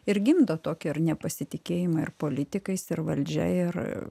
ir gimdo tokį ir nepasitikėjimą ir politikais ir valdžia ir